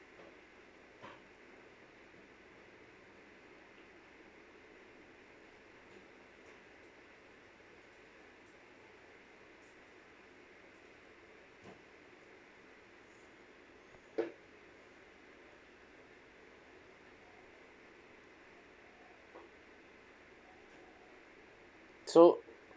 so